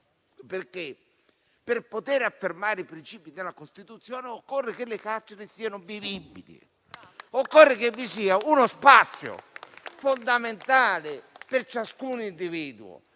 per poter affermare i principi della Costituzione, occorre che le carceri siano vivibili e che vi sia uno spazio fondamentale per ciascun individuo.